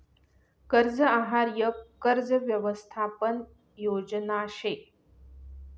कर्ज आहार यक कर्ज यवसथापन योजना शे